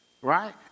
right